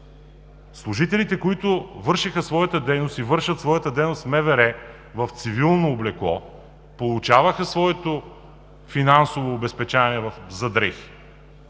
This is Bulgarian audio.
служителите, които вършеха своята дейност и вършат своята дейност в МВР в цивилно облекло, получаваха своето финансово обезпечаване за дрехи,